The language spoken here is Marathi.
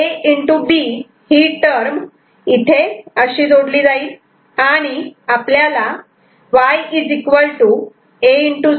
B ही टर्म इथे अशी समांतर जोडली जाईल आणि आपल्याला Y A